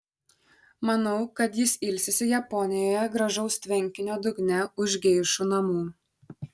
manau kad jis ilsisi japonijoje gražaus tvenkinio dugne už geišų namų